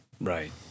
Right